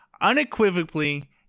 unequivocally